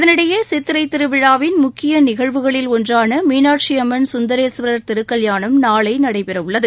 இதனிடையே சித்திரைத் திருவிழாவின் முக்கிய நிகழ்வுகளில் ஒன்றான மீனாட்சி அம்மன் சுந்தரேஸ்வரா் திருக்கல்யாணம் நாளை நடைபெறவுள்ளது